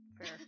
Fair